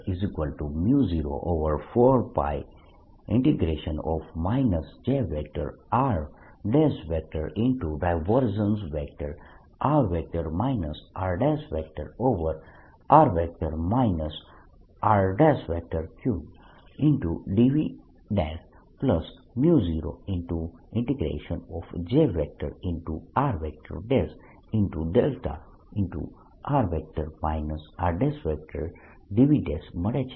r r|r r|3dV0Jr δr rdV મળે છે